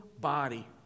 body